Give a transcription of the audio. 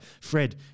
Fred